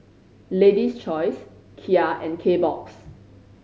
Lady's Choice Kia and Kbox